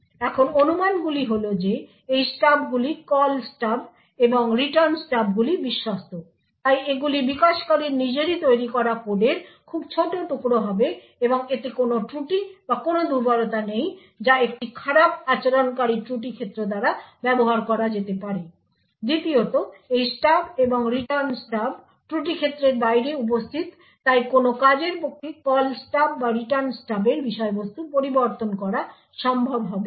এখন অনুমানগুলি হল যে এই স্টাবগুলি কল স্টাব এবং রিটার্ন স্টাবগুলি বিশ্বস্ত তাই এগুলি বিকাশকারীর নিজেরই তৈরি করা কোডের খুব ছোট টুকরো হবে এবং এতে কোনও ত্রুটি বা কোনও দুর্বলতা নেই যা একটি খারাপ আচরণকারী ত্রুটি ক্ষেত্র দ্বারা ব্যবহার করা যেতে পারে । দ্বিতীয়ত এই স্টাব এবং রিটার্ন স্টাব ত্রুটি ক্ষেত্রের বাইরে উপস্থিত তাই কোন কাজের পক্ষে কল স্টাব বা রিটার্ন স্টাবের বিষয়বস্তু পরিবর্তন করা সম্ভব হবে না